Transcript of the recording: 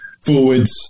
forwards